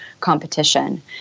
competition